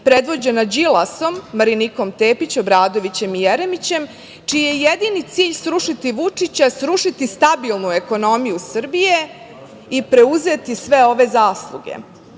predvođena Đilasom, Marinikom Tepić, Obradovićem i Jeremićem, čiji je jedini cilj srušiti Vučića, srušiti stabilnu ekonomiju Srbije i preuzeti sve ove zasluge. Bojim